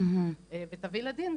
ותביא לדין,